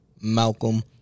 Malcolm